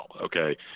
Okay